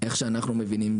מהאופן שבו אנחנו מבינים,